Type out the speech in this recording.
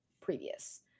previous